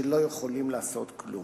שלא יכולים לעשות כלום.